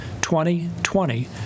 2020